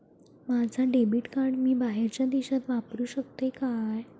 माझा debit card मी बाहेरच्या देशात वापरू शकतय काय?